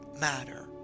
matter